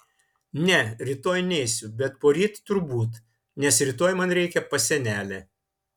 ne rytoj neisiu bet poryt turbūt nes rytoj man reikia pas senelę